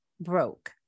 broke